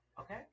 Okay